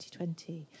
2020